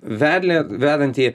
vedlį vedantįjį